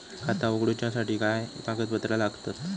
खाता उगडूच्यासाठी काय कागदपत्रा लागतत?